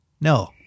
No